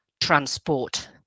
transport